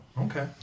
Okay